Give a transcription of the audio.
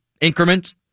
increments